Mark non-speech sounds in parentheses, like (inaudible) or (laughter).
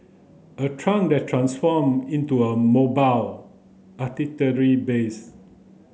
a truck that transform into a mobile (unintelligible) base